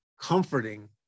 comforting